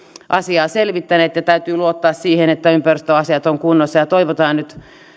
asiaa selvittäneet ja täytyy luottaa siihen että ympäristöasiat ovat kunnossa toivotaan nyt